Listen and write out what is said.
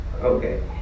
Okay